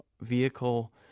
vehicle